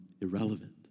irrelevant